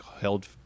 held